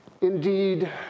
Indeed